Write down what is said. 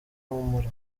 humura